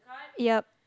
yep